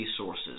resources